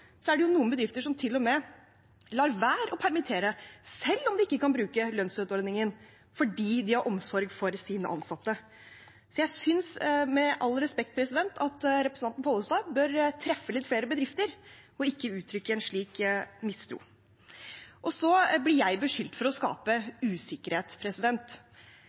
er det noen bedrifter som til og med lar være å permittere, selv om de ikke kan bruke lønnsstøtteordningen, fordi de har omsorg for sine ansatte. Jeg synes med all respekt at representanten Pollestad bør treffe litt flere bedrifter, ikke uttrykke en slik mistro. Så blir jeg beskyldt for å skape usikkerhet.